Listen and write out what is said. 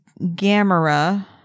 Gamera